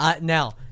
now